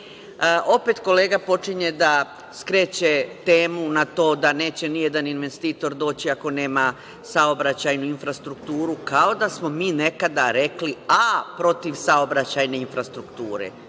kolega počinje da skreće temu na to da neće ni jedan investitor doći ako nema saobraćajne infrastrukture, kao da smo mi nekada rekli „a“ protiv saobraćajne infrastrukture.